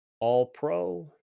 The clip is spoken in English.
All-Pro